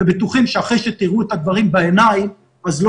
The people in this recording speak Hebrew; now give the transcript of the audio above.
ובטוחים שאחרי שתראו את הדברים בעיניים אז לא